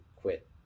quit